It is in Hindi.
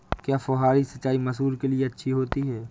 क्या फुहारी सिंचाई मसूर के लिए अच्छी होती है?